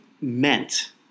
meant